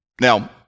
Now